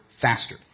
faster